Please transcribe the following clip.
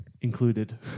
included